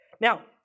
Now